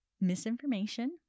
misinformation